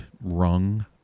rung